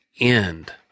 end